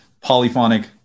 polyphonic